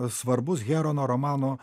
svarbus herono romano